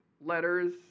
letters